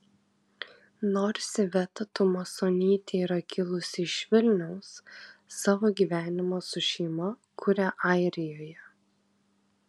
nors iveta tumasonytė yra kilusi iš vilniaus savo gyvenimą su šeima kuria airijoje